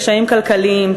קשיים כלכליים,